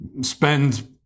spend